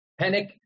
Panic